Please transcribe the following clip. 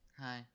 Hi